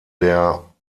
der